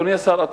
אדוני השר,